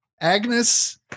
Agnes